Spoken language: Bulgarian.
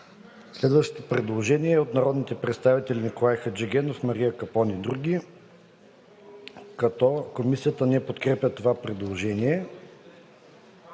ДОЧЕВ: Предложение от народните представители Николай Хаджигенов, Мария Капон и други. Комисията не подкрепя това предложение.